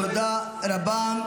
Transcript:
תודה רבה.